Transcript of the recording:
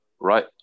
right